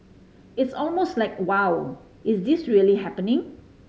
it's almost like Wow is this really happening